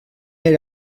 era